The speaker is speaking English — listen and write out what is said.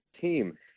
team